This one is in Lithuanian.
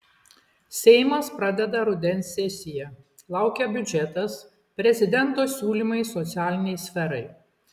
seimas pradeda rudens sesiją laukia biudžetas prezidento siūlymai socialinei sferai